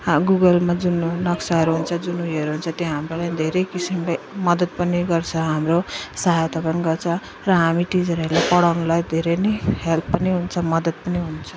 गुगलमा जुन नक्साहरू हुन्छ जुन उयोहरू हुन्छ त्यहाँ हामीलाई धेरै किसिमले मदत पनि गर्छ हाम्रो सहायता पनि गर्छ र हामी टिचरहरूले पढाउनुलाई धेरै नै हेल्प पनि हुन्छ मदत पनि हुन्छ